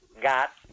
got